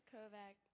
Kovac